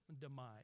demise